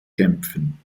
kämpfen